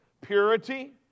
Purity